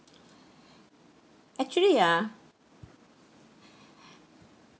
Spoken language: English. actually ah